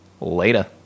Later